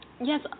Yes